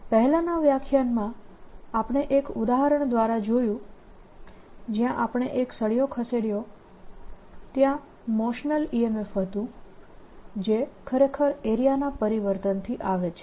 પહેલાનાં વ્યાખ્યાનમાં આપણે એક ઉદાહરણ દ્વારા જોયું જ્યાં આપણે એક સળીયો ખસેડ્યો ત્યાં મોશનલ EMF હતું જે ખરેખર એરિયાના પરિવર્તનથી આવે છે